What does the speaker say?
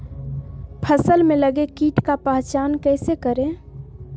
फ़सल में लगे किट का पहचान कैसे करे?